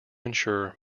ensure